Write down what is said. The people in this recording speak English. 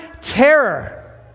terror